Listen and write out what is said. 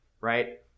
right